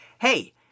Hey